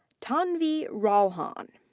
tanvi ralhan.